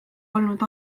olnud